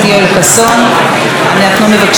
אנחנו מבקשים שקט באולם.